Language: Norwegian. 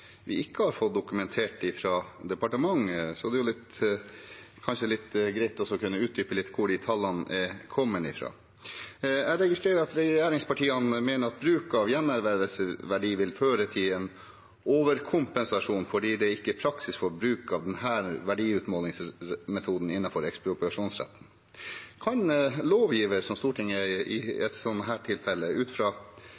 vi ikke har fått dokumentert fra departementet. Det hadde kanskje vært greit å kunne utdype litt hvor tallene er kommet fra. Jeg registrerer at regjeringspartiene mener at bruk av gjenervervsverdi vil føre til en overkompensasjon fordi det ikke er praksis for bruk av denne verdiutmålingsmetoden innenfor ekspropriasjonsretten. Kan lovgiver – som Stortinget er i